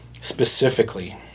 specifically